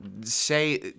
say